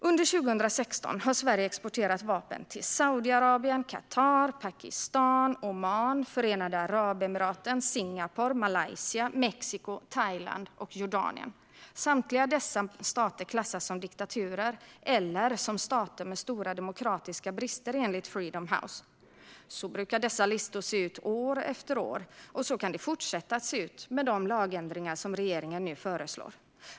Under 2016 har Sverige exporterat vapen till Saudiarabien, Qatar, Pakistan, Oman, Förenade Arabemiraten, Singapore, Malaysia, Mexiko, Thailand och Jordanien. Samtliga dessa stater klassas som diktaturer eller som stater med stora demokratiska brister, enligt Freedom House. Så brukar dessa listor se ut år efter år, och så kan det fortsätta att se ut med de lagändringar som regeringen nu föreslår.